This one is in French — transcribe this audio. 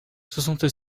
soixante